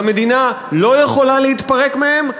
והמדינה לא יכולה להתפרק מהם,